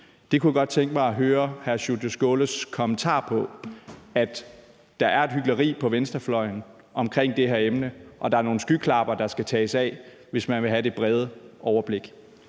Der kunne jeg godt tænke mig at høre hr. Sjúrður Skaales kommentar på, at der på venstrefløjen er et hykleri omkring det her emne, og at der er nogle skyklapper, der skal tages af, hvis man vil have det brede overblik.